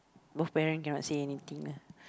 both parents cannot say anything ah